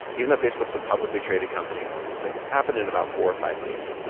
even though facebook's a publicly traded company and all these things, happened in about four or five days.